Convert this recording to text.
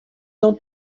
não